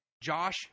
Josh